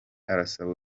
arasaba